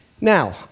Now